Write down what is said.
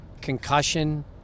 concussion